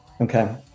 Okay